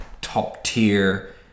top-tier